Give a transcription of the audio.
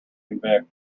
convict